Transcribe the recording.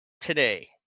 today